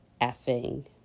effing